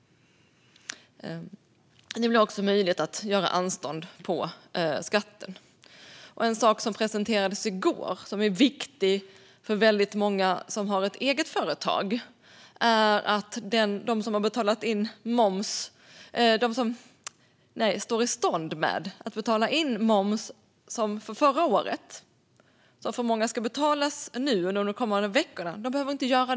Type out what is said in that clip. Det blir också möjligt att få anstånd med skatten. En sak som presenterades i går, som är viktig för väldigt många som har ett eget företag, är att de som står inför att betala in moms för förra året, som av många ska betalas under de kommande veckorna, inte behöver göra det.